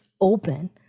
open